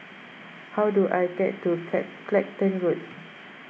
how do I get to cat Clacton Road